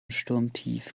sturmtief